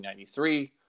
1993